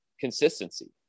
consistency